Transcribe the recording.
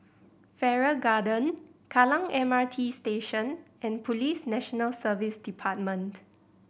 Farrer Garden Kallang M R T Station and Police National Service Department